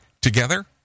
together